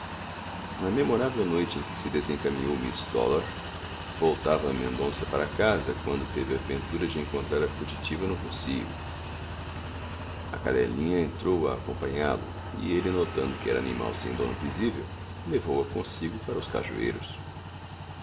na memorável noite em que se desencaminhou miss dollar voltava mendonça para casa quando teve a ventura de encontrar a fugitiva no rocio a cadelinha entrou a acompanhá-lo e ele notando que era animal sem dono visível levou-a consigo para os cajueiros